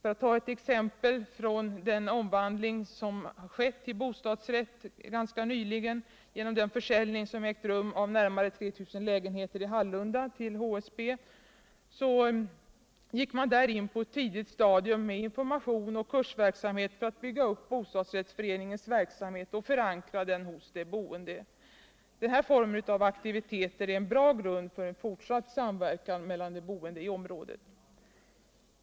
Jag kan som exempel nämna den omvandling som skett till bostadsrätt ganska nyligen genom försäljning av närmare 3 000 lägenheter i Hallunda till HSB. Där gick man på ett tidigt stadium in med information och kursverksamhet för att bygga upp bostadsrättsföreningens verksamhet och förankra den hos de boende. Den formen av aktiviteter är en bra grund för en fortsatt samverkan mellan de boende i området.